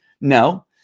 No